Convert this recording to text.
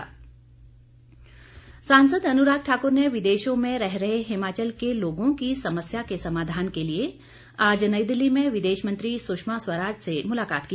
अनुराग सांसद अनुराग ठाकुर ने विदेशों में रह रहे हिमाचल के लोगों की समस्या के समाधान के लिए आज नई दिल्ली में विदेश मंत्री सुषमा स्वराज से मुलाकात की